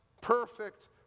perfect